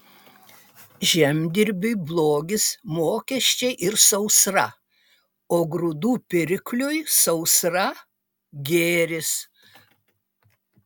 žemdirbiui blogis mokesčiai ir sausra o grūdų pirkliui sausra gėris